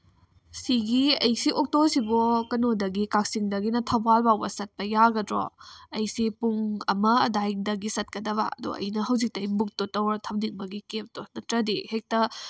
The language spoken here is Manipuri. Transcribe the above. ꯁꯤꯒꯤ ꯑꯩꯁꯤ ꯑꯣꯇꯣꯁꯤꯕꯨ ꯀꯩꯅꯣꯗꯒꯤ ꯀꯛꯆꯤꯡꯗꯒꯤꯅ ꯊꯧꯕꯥꯜꯕꯥꯎꯕ ꯆꯠꯄ ꯌꯥꯒꯗ꯭ꯔꯣ ꯑꯩꯁꯤ ꯄꯨꯡ ꯑꯃ ꯑꯗꯨꯋꯥꯏꯗꯒꯤ ꯆꯠꯀꯗꯕ ꯑꯗꯣ ꯑꯩꯅ ꯍꯧꯖꯤꯛꯇꯩ ꯕꯨꯛꯇꯣ ꯇꯧꯔꯒ ꯊꯝꯖꯤꯟꯕꯒꯤ ꯀꯦꯐꯇꯣ ꯅꯠꯇ꯭ꯔꯗꯤ ꯍꯦꯛꯇ